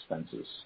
expenses